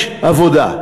יש עבודה.